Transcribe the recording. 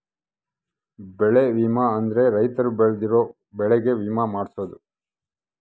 ಬೆಳೆ ವಿಮೆ ಅಂದ್ರ ರೈತರು ಬೆಳ್ದಿರೋ ಬೆಳೆ ಗೆ ವಿಮೆ ಮಾಡ್ಸೊದು